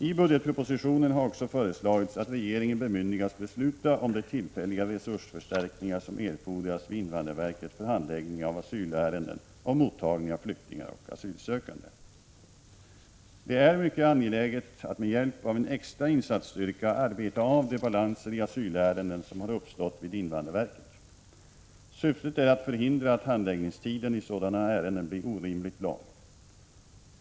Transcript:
I budgetpropositionen har också föreslagits att regeringen bemyndigas besluta om de tillfälliga resursförstärkningar som erfordras vid invandrarverket för handläggning av asylärenden och mottagning av flyktingar och asylsökande. Det är mycket angeläget att med hjälp av en extra insatsstyrka arbeta av de balanser i asylärenden som har uppstått vid invandrarverket. Syftet är att förhindra att handläggningstiden i sådana ärenden blir orimligt lång.